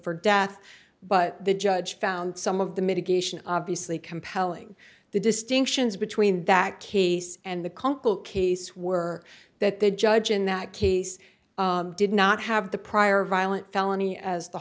for death but the judge found some of the mitigation obviously compelling the distinctions between that case and the conch will casey were that the judge in that case did not have the prior violent felony as the